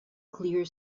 clear